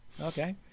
Okay